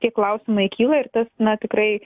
tie klausimai kyla ir tas na tikrai